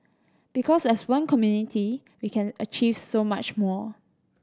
because as one community we can achieve so much more